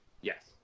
Yes